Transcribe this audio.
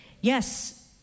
Yes